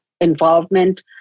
involvement